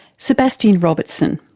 sebastian robertson.